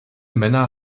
männer